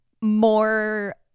more